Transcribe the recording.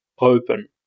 open